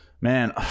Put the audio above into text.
Man